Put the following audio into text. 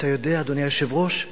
אתה יודע, אדוני היושב-ראש,